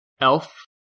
Elf